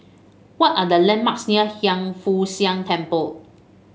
what are the landmarks near Hiang Foo Siang Temple